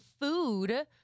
food